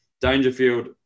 Dangerfield